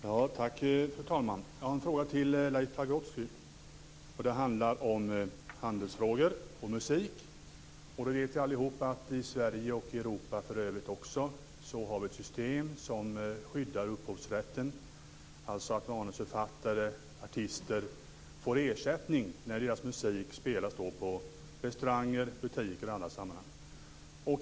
Fru talman! Jag har en fråga till Leif Pagrotsky. Det handlar om handelsfrågor och musik. Vi vet alla att Sverige och övriga Europa har ett system som skyddar upphovsrätten, dvs. att textförfattare och artister får ersättning när deras musik spelas i restauranger, butiker och andra sammanhang.